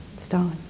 Stalin